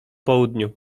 południu